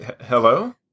Hello